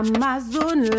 Amazon